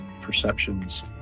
perceptions